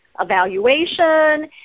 evaluation